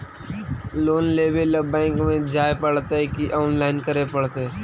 Loan लेवे ल bank में जाय पड़तै कि औनलाइन करे पड़तै?